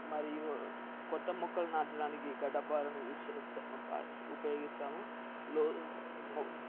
మరియు కొత్త మొక్కలు నాటడానికి గడ్డపారని యూస్ చేస్తాము ఉపయోగిస్తాము